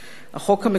החוק המקורי,